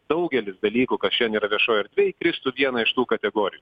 daugelis dalykų kas čia nėra viešoj erdvėj kristų vieną iš tų kategorijų